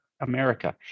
America